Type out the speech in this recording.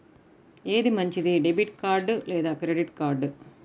ఏది మంచిది, debit card లేదా క్రెడిట్ కార్డ్?